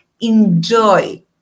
enjoy